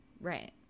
Right